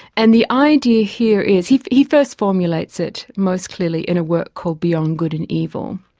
and the idea here is, he he first formulates it most clearly in a work called beyond good and evil.